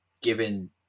given